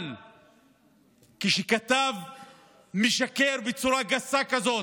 אבל כשכתב משקר בצורה גסה כזאת,